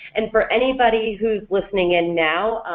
and for anybody who's listening in now,